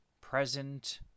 present